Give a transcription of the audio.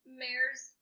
mare's